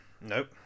Nope